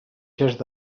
gest